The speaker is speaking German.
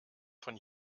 von